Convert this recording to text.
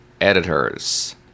editors